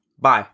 Bye